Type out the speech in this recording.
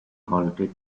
halted